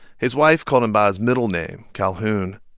his wife called him by his middle name, calhoun.